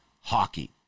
hockey